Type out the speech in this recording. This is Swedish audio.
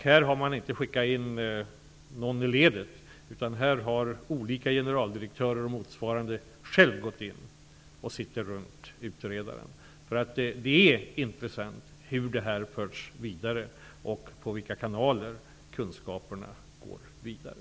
Här har man inte skickat ut någon i ledet, utan olika generaldirektörer eller motsvarande har själva gått in och sitter med utredaren. Det intressanta är hur och via vilka kanaler kunskaperna förs vidare.